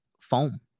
foam